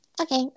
Okay